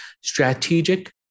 Strategic